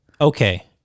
okay